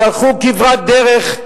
שהלכו כברת דרך.